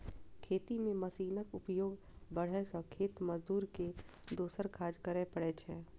खेती मे मशीनक उपयोग बढ़ै सं खेत मजदूर के दोसरो काज करै पड़ै छै